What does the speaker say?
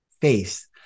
face